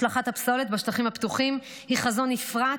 השלכת הפסולת בשטחים הפתוחים היא חזון נפרץ,